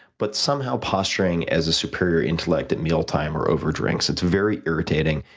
but somehow posturing as a superior intellect at meal time or over drinks. it's very irritating.